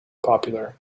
popular